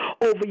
over